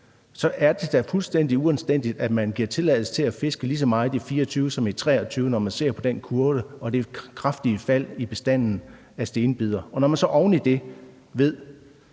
er det da fuldstændig uanstændigt, at man giver tilladelse til at fiske lige så meget i 2024 som i 2023 – når man ser på den kurve og det kraftige fald i bestanden af stenbider. Når man så oven i det ved,